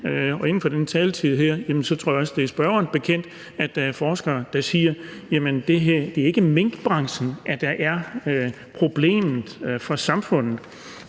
kan inden for den taletid, jeg har her, sige, og jeg tror også, det er spørgeren bekendt, at der er forskere, der siger: Jamen det er ikke minkbranchen, der er problemet for samfundet.